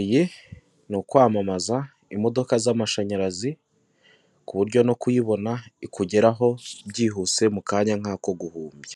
Iyi ni ukwamamaza imodoka z'amashanyarazi, ku buryo no kuyibona, ikugeraho byihuse mukanya nk'ako guhumbya.